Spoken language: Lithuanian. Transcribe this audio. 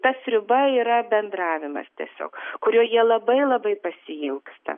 ta sriuba yra bendravimas tiesiog kurio jie labai labai pasiilgsta